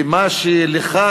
ומה שלך,